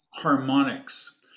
harmonics